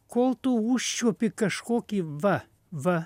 kol tu užčiuopi kažkokį va va